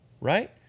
right